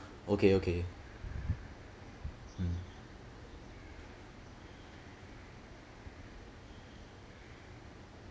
okay okay mm